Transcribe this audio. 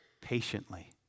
Patiently